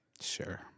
Sure